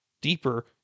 deeper